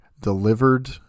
delivered